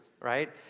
right